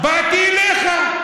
באתי אליך.